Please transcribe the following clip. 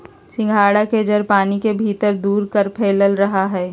सिंघाड़ा के जड़ पानी के भीतर दूर तक फैलल रहा हइ